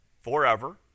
forever